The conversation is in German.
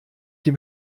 dem